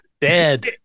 dead